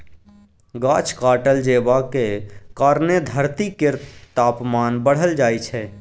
गाछ काटल जेबाक कारणेँ धरती केर तापमान बढ़ल जाइ छै